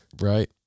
Right